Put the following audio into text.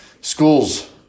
schools